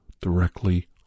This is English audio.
directly